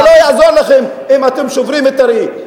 ולא יעזור לכם אם אתם שוברים את הראי,